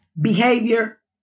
behavior